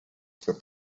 for